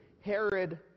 Herod